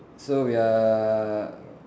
so we are